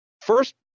first